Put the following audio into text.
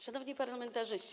Szanowni Parlamentarzyści!